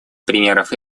примеров